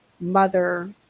mother